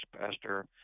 pastor